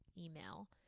email